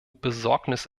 besorgnis